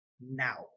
now